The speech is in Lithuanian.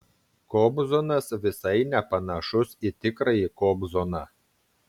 kobzonas visai nepanašus į tikrąjį kobzoną